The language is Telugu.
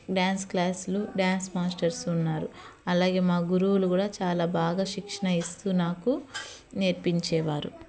డాన్స్ క్లాస్లు డాన్స్ మాస్టర్స్ ఉన్నారు అలాగే మా గురువులు కూడా చాలా బాగా శిక్షణ ఇస్తూ నాకు నేర్పించేవారు